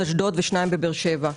באשדוד ושניים בבאר שבע.